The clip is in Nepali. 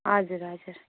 हजुर हजुर